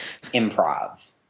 improv